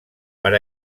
para